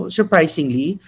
Surprisingly